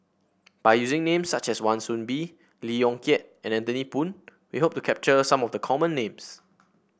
by using names such as Wan Soon Bee Lee Yong Kiat and Anthony Poon we hope to capture some of the common names